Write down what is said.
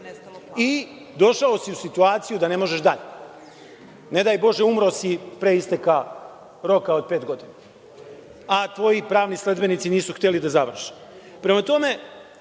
i došao je u situaciju da ne može dalje ili, ne daj bože da umre pre isteka roka od pet godina a pravni sledbenici nisu hteli da završe. Prema tome,